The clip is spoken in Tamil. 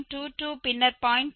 22 பின்னர் 0